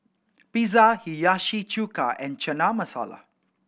Pizza Hiyashi Chuka and Chana Masala